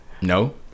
No